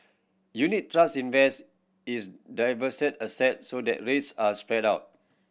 unit trust invest is diversified asset so that risk are spread out